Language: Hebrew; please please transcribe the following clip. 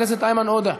איימן עודה,